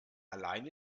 allein